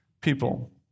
people